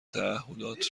تعهدات